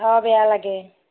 অঁ বেয়া লাগে